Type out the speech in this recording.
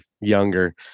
younger